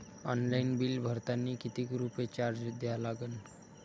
Online bill भरतानी कितीक रुपये चार्ज द्या लागन?